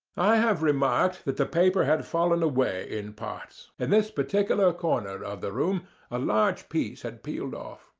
i have remarked that the paper had fallen away in parts. in this particular corner of the room a large piece had peeled off,